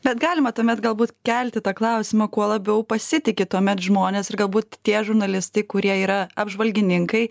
bet galima tuomet galbūt kelti tą klausimą kuo labiau pasitiki tuomet žmonės ir galbūt tie žurnalistai kurie yra apžvalgininkai